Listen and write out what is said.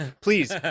please